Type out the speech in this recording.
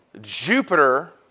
Jupiter